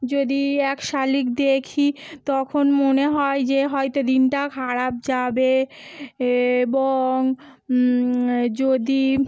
যদি এক শালিক দেখি তখন মনে হয় যে হয়তো দিনটা খারাপ যাবে এবং যদি